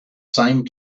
same